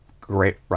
Great